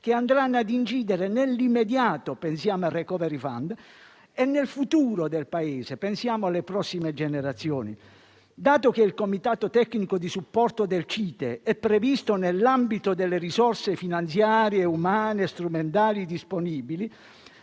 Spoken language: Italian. che andranno ad incidere nell'immediato (pensiamo al *recovery fund*) e sul futuro del Paese (pensiamo alle prossime generazioni). Dato che il comitato tecnico di supporto del CITE è previsto nell'ambito delle risorse finanziarie, umane e strumentali disponibili,